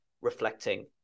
reflecting